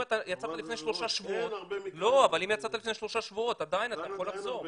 אם אתה יצאת לפני שלושה שבועות עדיין אתה יכול לחזור.